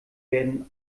werden